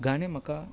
गाणें म्हाका